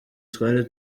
twari